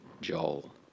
Joel